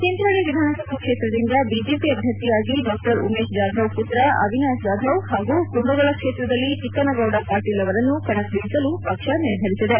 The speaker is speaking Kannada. ಚಿಂಚೋಳಿ ವಿಧಾನಸಭಾ ಕ್ಷೇತ್ರದಿಂದ ಬಿಜೆಪಿ ಅಭ್ಯರ್ಥಿಯಾಗಿ ಡಾ ಉಮೇಶ್ ಜಾಧವ್ ಪುತ್ರ ಅವಿನಾಶ್ ಜಾಧವ್ ಹಾಗೂ ಕುಂದಗೋಳ ಕ್ಷೇತ್ರದಲ್ಲಿ ಚಿಕ್ಕನಗೌಡ ಪಾಟೀಲ್ ಅವರನ್ನು ಕಣಕ್ಕಿಳಿಸಲು ಪಕ್ಷ ನಿರ್ಧರಿಸಿದೆ